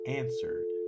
answered